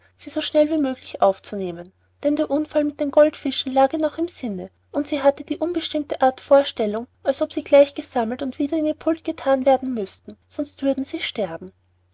sie so schnell wie möglich aufzunehmen denn der unfall mit den goldfischen lag ihr noch im sinne und sie hatte eine unbestimmte art vorstellung als ob sie gleich gesammelt und wieder in ihr pult gethan werden müßten sonst würden sie sterben